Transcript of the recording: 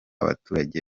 abaturage